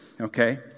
Okay